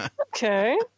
Okay